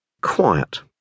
Quiet